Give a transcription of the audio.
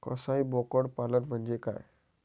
कसाई बोकड पालन म्हणजे काय?